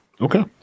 Okay